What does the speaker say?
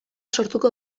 sortuko